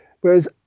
Whereas